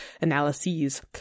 analyses